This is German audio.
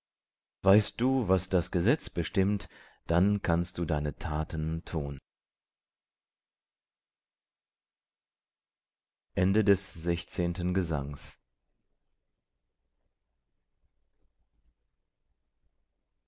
weißt du was das gesetz bestimmt dann kannst du deine taten tun siebzehnter gesang